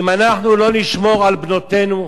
אם אנחנו לא נשמור על בנותינו,